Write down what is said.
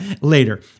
later